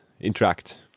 interact